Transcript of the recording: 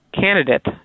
candidate